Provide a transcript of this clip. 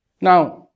Now